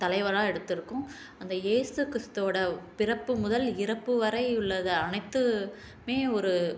தலைவராக எடுத்திருக்கோம் அந்த ஏசு கிறிஸ்துவோடு பிறப்பு முதல் இறப்பு வரை உள்ளதை அனைத்து மே ஒரு